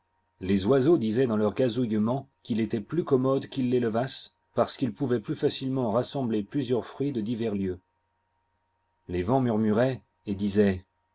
les oiseaux disoient dans leurs gazouillements qu'il étoit plus commode qu'ils l'élevassent parce qu'ils pouvoient plus facilement rassembler plusieurs fruits de divers lieux les vents murmuroient et disoient